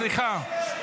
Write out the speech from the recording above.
סליחה.